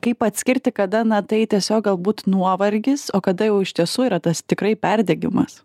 kaip atskirti kada na tai tiesiog galbūt nuovargis o kada jau iš tiesų yra tas tikrai perdegimas